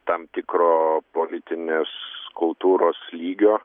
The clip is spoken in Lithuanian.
tam tikro politinės kultūros lygio